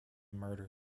murder